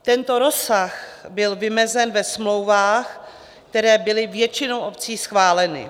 Tento rozsah byl vymezen ve smlouvách, které byly většinou obcí schváleny.